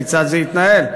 כיצד זה יתנהל,